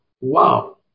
Wow